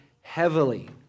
heavily